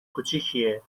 کوچیکیه